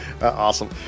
awesome